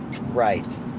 Right